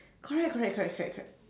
correct correct correct correct correct